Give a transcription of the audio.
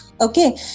okay